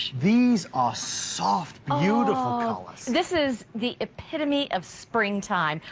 these are soft you know this is the epitome of springtime.